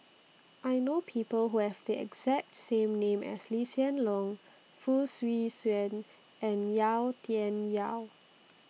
I know People Who Have The exacts same name as Lee Hsien Loong Fong Swee Suan and Yau Tian Yau